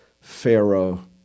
Pharaoh